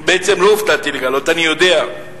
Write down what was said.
בעצם לא הופתעתי לגלות, אני יודע,